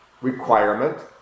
requirement